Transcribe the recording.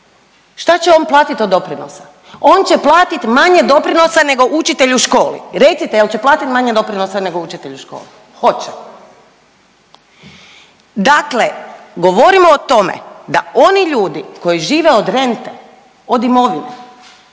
Šta će on platiti od doprinosa? On će platit manje doprinosa nego učitelj u školi. Recite jel će platit manje doprinosa nego učitelj u školi? Hoće. Dakle, govorimo o tome da oni ljudi koji žive od rente od imovine,